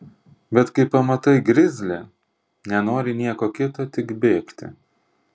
bet kai pamatai grizlį nenori nieko kito tik bėgti